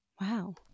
Wow